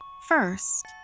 First